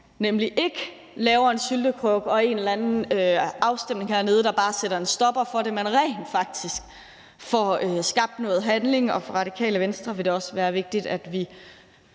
nemlig ikke laver en syltekrukke og har en eller anden afstemning hernede, der bare sætter en stopper for det, men rent faktisk får skabt noget handling. For Radikale Venstre vil det også være vigtigt, at vi